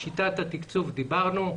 על שיטת התקצוב דיברנו.